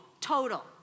total